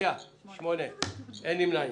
מי נמנע?